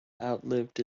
outlived